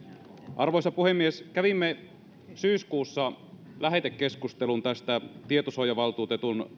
arvoisa puhemies kävimme syyskuussa lähetekeskustelun tästä tietosuojavaltuutetun